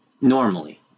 Normally